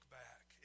back